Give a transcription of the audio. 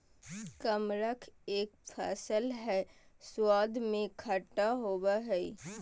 कमरख एक फल हई स्वाद में खट्टा होव हई